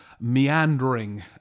meandering